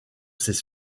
ses